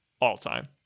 all-time